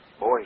boy